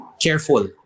careful